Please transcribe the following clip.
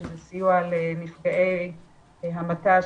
שזה סיוע לנפגעי המתה,